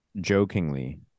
jokingly